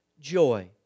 joy